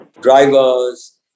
drivers